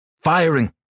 Firing